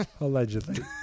Allegedly